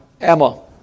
Emma